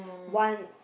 one